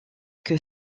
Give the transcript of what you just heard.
que